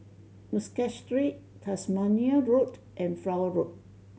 Muscat Street Tasmania Road and Flower Road